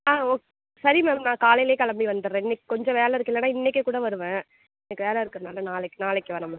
ஆ okay சரி ma'am நான் காலையில் கிளம்பி வந்துடறேன் இன்னிக்கி கொஞ்சம் வேலை இருக்குது இல்லைனா இன்னிக்கே கூட வருவேன் இன்னிக்கி வேலை இருக்கதுனால நாளைக் நாளைக்கு வரேன் மேம்